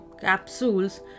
capsules